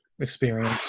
experience